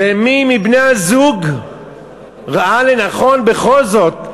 ומי מבני-הזוג ראה לנכון, בכל זאת,